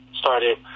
started